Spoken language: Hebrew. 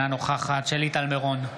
אינה נוכחת שלי טל מירון,